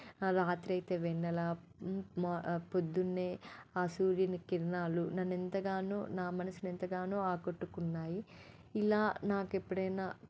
రాత్రయితే వెన్నెల పొద్దున్నే ఆ సూర్యని కిరణాలు నన్నెంతగానో నా మనసునెంతగానో ఆకట్టుకున్నాయి ఇలా నాకెప్పుడైనా